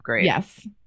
Yes